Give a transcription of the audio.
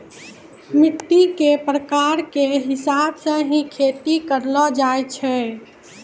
मिट्टी के प्रकार के हिसाब स हीं खेती करलो जाय छै